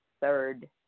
third